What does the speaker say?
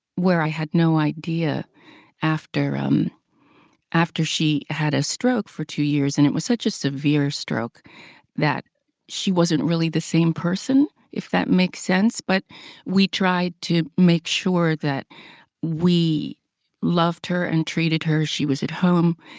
where i had no idea after um after she had a stroke for two years, and it was such a severe stroke that she wasn't really the same person, if that makes sense. but we tried to make sure that we loved her and treated her. she was at home.